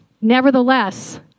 nevertheless